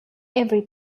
every